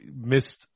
missed